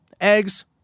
eggs